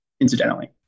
incidentally